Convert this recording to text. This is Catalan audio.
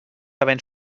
havent